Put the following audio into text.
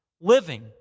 living